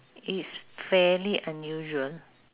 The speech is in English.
it's fairly unusual